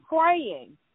praying